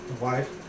wife